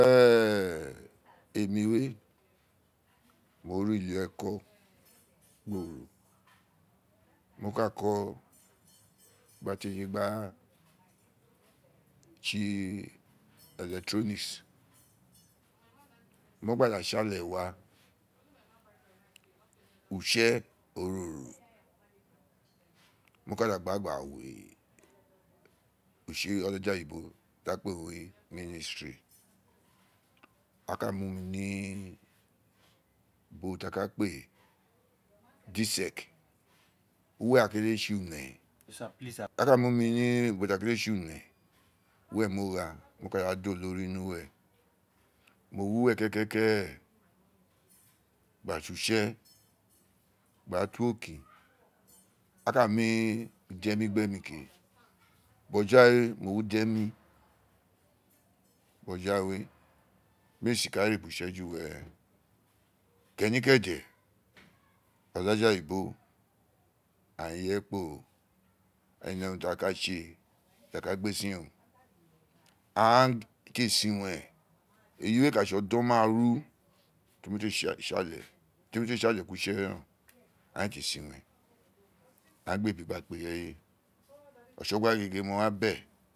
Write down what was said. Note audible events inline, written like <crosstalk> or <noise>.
Ee emi re mo re ulieko kporo mo ka ko̦ gba te tse gba tse electronic mo gba da tsiale wa utse ororo mo ka da gba gbaa wi utse olaja oyibo ti a kpe wun ministry a ka mu mi ni ubo ti a ka kpe d uwe a kete tse une a ka mu mi ni ubo ti a kele tse une uwe mo gha mo ka da daa olori nu we mo wu we ke ke ke gba tse utse gba to oke a ka mi ujemi gbemi ke bo̦ja we mo wi uje mi boja we <noise> mi a si ka re ubo utse we ju were keni kedi olaja oyibo aghaan ireye kporo ee ne urun ti a ka tse ti a ka gbe sin oo aa ti a san iwen eyi we ka tse o̦do̦n maaru ti mo te tsiale ku utse we re reen oo aghaan ee te san iwen a gba ebi gba kpa ineye o̦tso̦gwa gege mo wa bi ee.